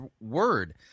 word